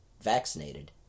vaccinated